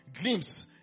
glimpse